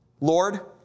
Lord